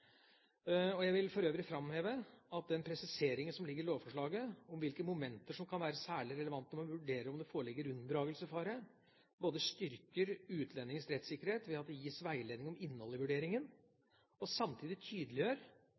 direktivet. Jeg vil for øvrig framheve at den presiseringen som ligger i lovforslaget om hvilke momenter som kan være særlig relevante når man vurderer om det foreligger unndragelsesfare, både styrker utlendingens rettssikkerhet ved at det gis veiledning om innholdet i vurderingen, og samtidig tydeliggjør